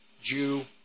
Jew